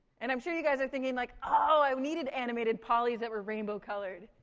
and i'm sure you guys are thinking, like, oh, i needed animated polys that were rainbow-colored.